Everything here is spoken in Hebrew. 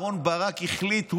אהרן ברק החליט.